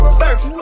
surf